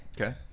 okay